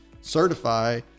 certify